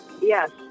Yes